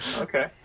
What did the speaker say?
Okay